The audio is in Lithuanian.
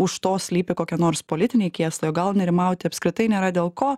už to slypi kokia nors politiniai kėslai o gal nerimauti apskritai nėra dėl ko